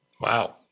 Wow